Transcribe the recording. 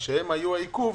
שהם היו העיכוב,